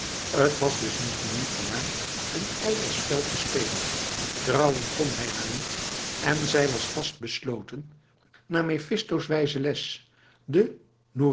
t was dus niet de moeite waard een ijdel spel te spelen trouwen kon hij haar niet en zij was vast besloten naar mefisto's wijze les de